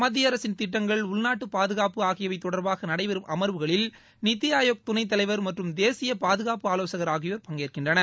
மத்திய அரசின் திட்டங்கள் உள்நாட்டு பாதுகாப்பு ஆகியவை தொடர்பாக நடைபெறும் அமர்வுகளில் நித்தி ஆயோக் துணைத் தலைவர் மற்றும் தேசிய பாதுகாப்பு ஆலோசகர் ஆகியோர் பங்கேற்கின்றனர்